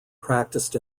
practised